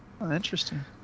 Interesting